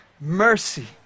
mercy